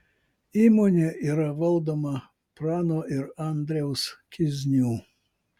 įmonė yra valdoma prano ir andriaus kiznių